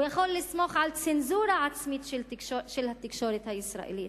הוא יכול לסמוך על צנזורה עצמית של התקשורת הישראלית,